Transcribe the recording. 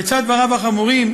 לצד דבריו החמורים,